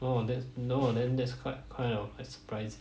oh that's no then that's quite kind of a surprise